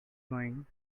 going